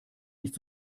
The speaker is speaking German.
nicht